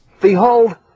Behold